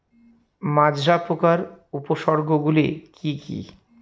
মাজরা পোকার উপসর্গগুলি কি কি?